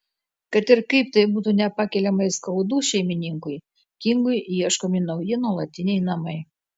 kad ir kaip tai būtų nepakeliamai skaudu šeimininkui kingui ieškomi nauji nuolatiniai namai